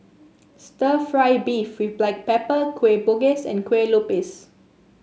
stir fry beef with Black Pepper Kueh Bugis and Kue Lupis